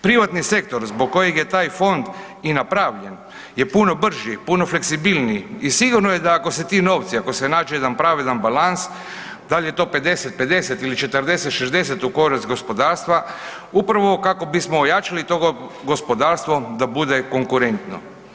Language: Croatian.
Privatni sektor zbog kojeg je taj fond i napravljen je puno brži, puno fleksibilniji i sigurno je da ako se ti novci, ako se nađe jedan pravedan balans, dal je do 50-50, 40-60 u korist gospodarstva, upravo kako bismo ojačali to gospodarstvo da bude konkurentno.